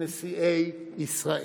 נשיאי ישראל.